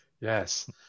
Yes